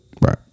Right